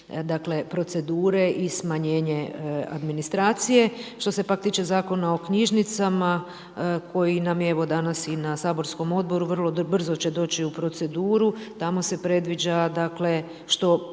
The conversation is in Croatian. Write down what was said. procedure i smanjenje administracije. Što se pak tiče Zakona o knjižnicama koji nam je evo danas i na saborskom odboru, vrlo brzo će doći u proceduru, tamo se predviđa, što